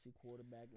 quarterback